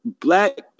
Black